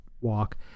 walk